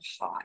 high